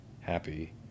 happy